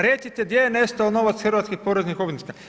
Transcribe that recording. Recite gdje je nestao novac hrvatskih poreznih obveznika?